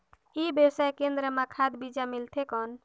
ई व्यवसाय केंद्र मां खाद बीजा मिलथे कौन?